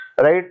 Right